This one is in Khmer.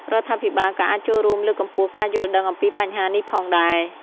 រដ្ឋាភិបាលក៏អាចចូលរួមលើកកម្ពស់ការយល់ដឹងអំពីបញ្ហានេះផងដែរ។